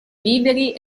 viveri